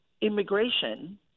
immigration